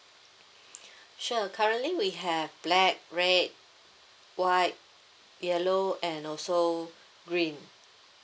sure currently we have black red white yellow and also green